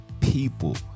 people